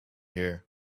here